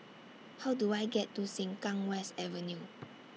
How Do I get to Sengkang West Avenue